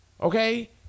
Okay